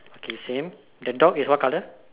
okay same the dog is what colour